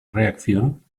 reacción